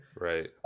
Right